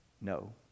no